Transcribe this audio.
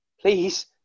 please